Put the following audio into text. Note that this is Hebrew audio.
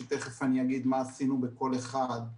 שתכף אני אגיד מה עשינו בכל אחד,